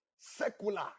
secular